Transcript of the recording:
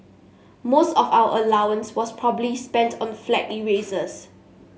most of our allowance was probably spent on flag erasers